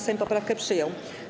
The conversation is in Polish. Sejm poprawkę przyjął.